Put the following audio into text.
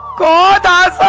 da da